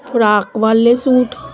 frock ਵਾਲੇ suit